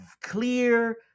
clear